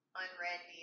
unread